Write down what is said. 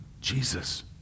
Jesus